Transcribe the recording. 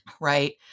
right